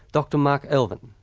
dr mark elvin.